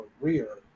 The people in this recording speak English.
career